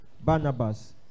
Barnabas